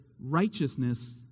righteousness